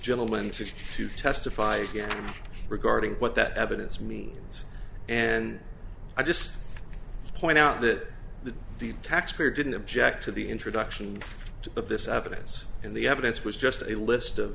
gentleman just to testify again regarding what that evidence means and i just point out that the taxpayer didn't object to the introduction of this evidence and the evidence was just a list of